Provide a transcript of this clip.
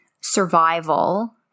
Survival